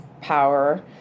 power